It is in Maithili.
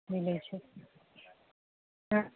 मिलै छै